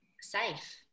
safe